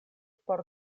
por